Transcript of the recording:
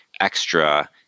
extra